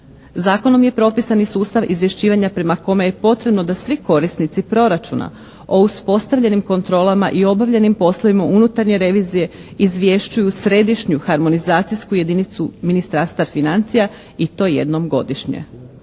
Zakonom je propisan i sustav izvješćivanja prema kome je potrebno da svi korisnici proračuna o uspostavljenim kontrolama i obavljenim poslovima unutarnje revizije izvješćuju središnju harmonizacijsku jedinicu Ministarstva financija i to jednom godišnje.